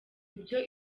ibyo